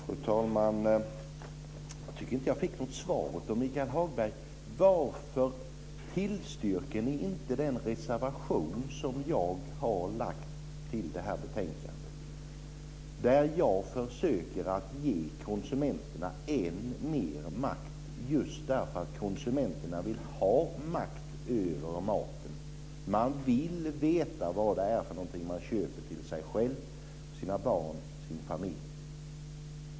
Fru talman! Jag tycker inte att jag fick något svar av Michael Hagberg. Varför tillstyrker ni inte den reservation som jag har fogat till betänkandet? Jag försöker att ge konsumenterna än mer makt just därför att konsumenterna vill ha makt över maten. De vill veta vad de köper till sig själva, sina barn och sina familjer.